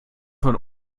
von